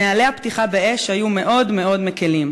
נוהלי הפתיחה באש היו מאוד מאוד מקילים.